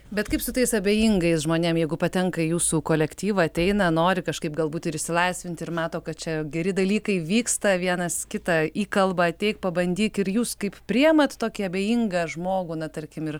bet kaip su tais abejingais žmonėm jeigu patenka į jūsų kolektyvą ateina nori kažkaip galbūt ir išsilaisvinti ir mato kad čia geri dalykai vyksta vienas kitą įkalba ateik pabandyk ir jūs kaip priimat tokį abejingą žmogų na tarkim ir